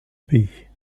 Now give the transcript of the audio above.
pays